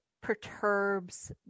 perturbs